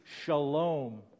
shalom